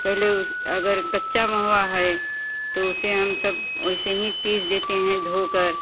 पहले उस अगर कच्चा महुआ है तो उसे हम सब वैसे ही पीस देते हैं धोकर